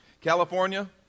California